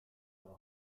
wel